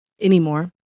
anymore